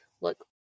look